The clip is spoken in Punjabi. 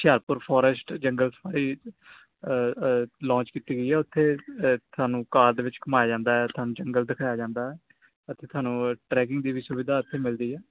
ਹੁਸ਼ਿਆਰਪੁਰ ਫੋਰੈਸਟ ਜੰਗਲ ਸਫਾਰੀ ਲੋਂਚ ਕੀਤੀ ਗਈ ਆ ਉੱਥੇ ਅ ਤੁਹਾਨੂੰ ਕਾਰ ਦੇ ਵਿੱਚ ਘੁਮਾਇਆ ਜਾਂਦਾ ਤੁਹਾਨੂੰ ਜੰਗਲ ਦਿਖਾਇਆ ਜਾਂਦਾ ਅਤੇ ਤੁਹਾਨੂੰ ਟਰੈਕਿੰਗ ਦੀ ਵੀ ਸੁਵਿਧਾ ਉੱਥੇ ਮਿਲਦੀ ਹੈ